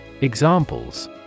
Examples